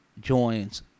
joins